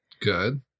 Good